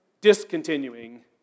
discontinuing